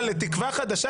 אבל תקווה חדשה,